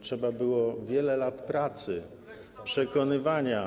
Trzeba było wiele lat pracy, przekonywania.